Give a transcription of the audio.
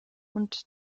und